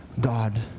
God